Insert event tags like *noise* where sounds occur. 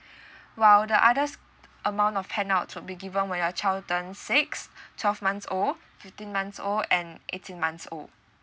*breath* while the others amount of handouts would be given when your child turns six twelve months old fifteen months old and eighteen months old